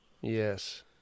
Yes